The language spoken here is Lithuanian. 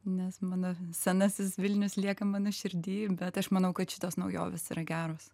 nes mano senasis vilnius lieka mano širdy bet aš manau kad šitos naujovės yra geros